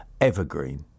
evergreen